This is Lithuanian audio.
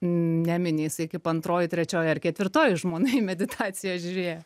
nemini jisai kaip antroji trečioji ar ketvirtoji žmona į meditaciją žiūrėjo